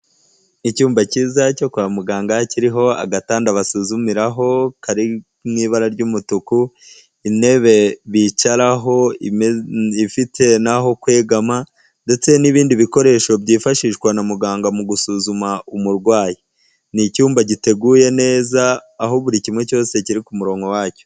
Icyumba cyiza cyo kwa muganga, kiriho agatanda basuzumiraho, kari mu ibara ry'umutuku, intebe bicaraho ifite n'aho kwegama, ndetse n'ibindi bikoresho byifashishwa na muganga mu gusuzuma umurwayi. Ni icyumba giteguye neza, aho buri kimwe cyose kiri ku muronko wacyo.